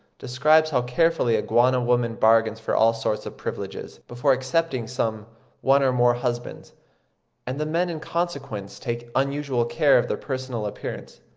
describes how carefully a guana woman bargains for all sorts of privileges, before accepting some one or more husbands and the men in consequence take unusual care of their personal appearance.